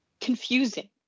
Confusing